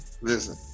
Listen